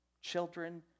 children